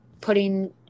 putting